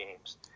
games